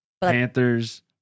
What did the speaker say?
panthers